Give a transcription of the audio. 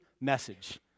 message